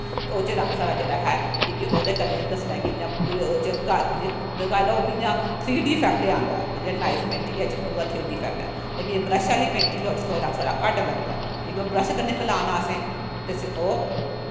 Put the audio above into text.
ते ओह्दे बिच्च रंग साढ़ा जेह्ड़ा ऐ कि के ओह्दे कन्नैं असैं दस्सनां ऐ कियां पूरा लाई लैओ ओह् बी इयां थ्रीडी इफैक्ट आंदा ऐ जेह्ड़ा नाईफ पेंटिंग च थ्री डी इफैक्ट आंदा ऐ इयां ब्रश आह्ली पेंटिंग च थोह्ड़ा घट्ट लगदा ऐ कि के बर्श कन्नै फैलाना ओह् ते ओह्